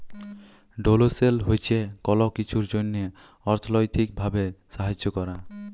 ডোলেসল হছে কল কিছুর জ্যনহে অথ্থলৈতিক ভাবে সাহায্য ক্যরা